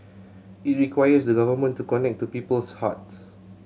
it requires the Government to connect to people's hearts